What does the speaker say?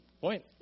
Point